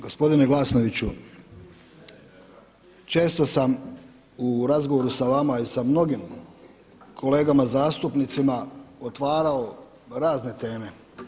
Gospodine Glasnoviću, često sam u razgovoru sa vama i sa mnogim kolegama zastupnicima otvarao razne teme.